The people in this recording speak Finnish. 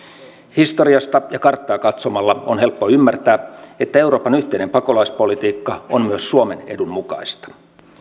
historiasta ja karttaa katsomalla on helppo ymmärtää että euroopan yhteinen pakolaispolitiikka on myös suomen edun mukaista